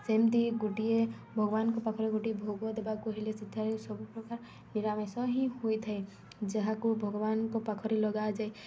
ସେମିତି ଗୋଟିଏ ଭଗବାନଙ୍କ ପାଖରେ ଗୋଟିଏ ଭୋଗ ଦେବାକୁ ହେଲେ ସେଠାରେ ସବୁ ପ୍ରକାର ନିରାମିଷ ହିଁ ହୋଇଥାଏ ଯାହାକୁ ଭଗବାନଙ୍କ ପାଖରେ ଲଗାଯାଏ